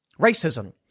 racism